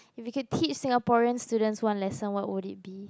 if you can teach Singaporean students one lesson what would it be